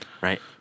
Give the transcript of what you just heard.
Right